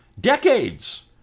decades